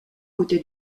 côté